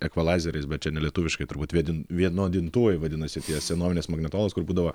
ekvalaizeriais bet čia ne lietuviškai turbūt vėdin vienodintuvai vadinasi tie senovinės magnetolos kur būdavo